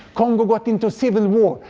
congo got into civil war,